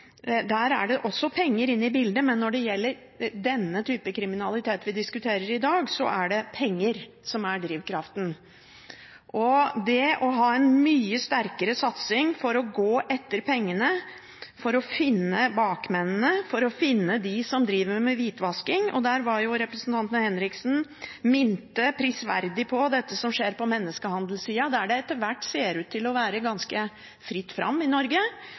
er det også penger inne i bildet, men når det gjelder den typen kriminalitet som vi diskuterer i dag, er det penger som er drivkraften. Vi må ha en mye sterkere satsing for å gå etter pengene, for å finne bakmennene, for å finne de som driver med hvitvasking. Der minte representanten Henriksen oss prisverdig på det som skjer på menneskehandelsiden, der det etter hvert ser ut til å være ganske fritt fram i Norge,